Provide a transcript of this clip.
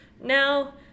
now